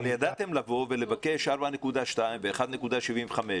אבל ידעתם לבוא ולבקש 4.2 מיליארד שקלים ו-1.75.